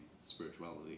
spirituality